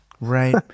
Right